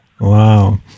Wow